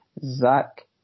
Zach